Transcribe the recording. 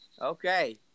Okay